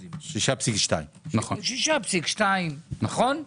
6.2%. 6.2%. נכון?